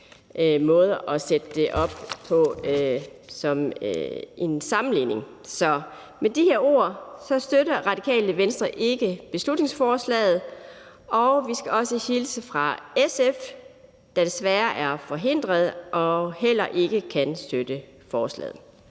måde at lave en sammenligning på. Med de ord støtter Radikale Venstre ikke beslutningsforslaget, og jeg skal også hilse fra SF, der desværre er forhindret i at være her, og sige, at de heller ikke kan støtte forslaget.